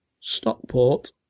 Stockport